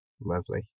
Lovely